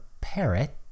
parrot